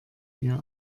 ihr